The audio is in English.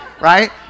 right